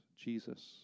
Jesus